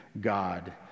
God